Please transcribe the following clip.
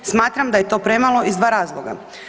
Smatram da je to premalo iz dva razloga.